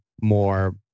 more